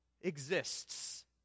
exists